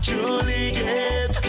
Juliet